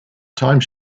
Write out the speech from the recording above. time